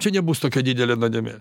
čia nebus tokia didelė nuodėmė